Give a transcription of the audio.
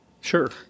Sure